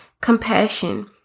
compassion